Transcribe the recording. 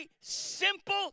simple